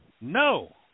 No